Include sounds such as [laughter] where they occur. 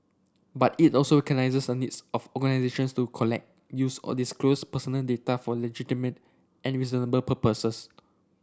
but it also [unintelligible] on this of organisations to collect use or disclose personal data for legitimate and reasonable purposes